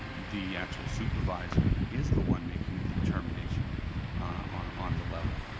the actual supervisor is the one making the determination on on the level.